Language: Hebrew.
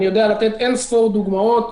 אני יודע לתת אין ספור דוגמאות.